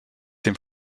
dem